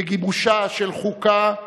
בגיבושה של חוקה,